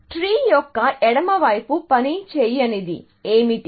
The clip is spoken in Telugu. ట్రీ యొక్క ఎడమ వైపు పని చేయనిది ఏమిటి